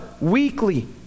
weekly